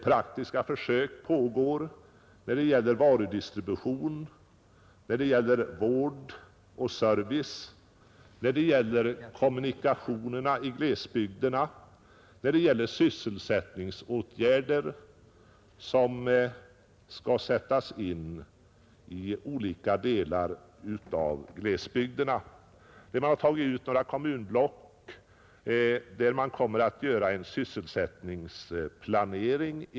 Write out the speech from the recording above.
Praktiska försök pågår när det gäller varudistribution, när det gäller vård och service, när det gäller kommunikationer i glesbygderna och när det gäller sysselsättningsåtgärder som skall sättas in i olika delar av glesbygderna. Man har tagit ut några kommunblock i vilka man tänker göra en sysselsättningsplanering.